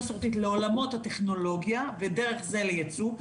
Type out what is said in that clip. המסורתית לעולמות הטכנולוגיה ודרך זה לייצוא,